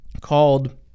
called